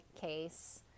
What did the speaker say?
case